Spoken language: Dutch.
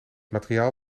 materiaal